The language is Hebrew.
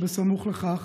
או בסמוך לכך,